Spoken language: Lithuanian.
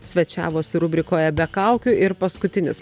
svečiavosi rubrikoje be kaukių ir paskutinis